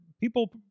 people